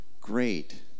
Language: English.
Great